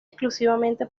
exclusivamente